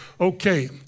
okay